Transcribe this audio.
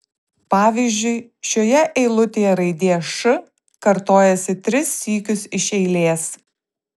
pavyzdžiui šioje eilutėje raidė š kartojasi tris sykius iš eilės